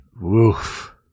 Woof